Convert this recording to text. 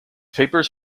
papers